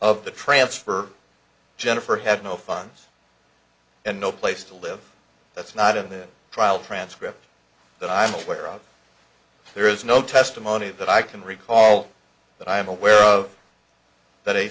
of the transfer jennifer had no funds and no place to live that's not in the trial transcript that i'm aware of there is no testimony that i can recall that i'm aware of that a